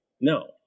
no